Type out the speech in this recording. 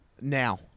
now